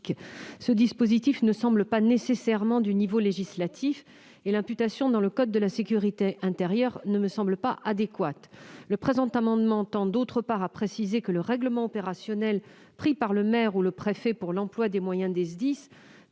Ce dispositif ne semble pas nécessairement relever du niveau législatif, et son inscription dans le code de la sécurité intérieure ne me semble pas adéquate. Le présent amendement tend, d'autre part, à préciser que le règlement opérationnel pris par le maire ou le préfet pour l'emploi des moyens des SDIS